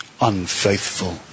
unfaithful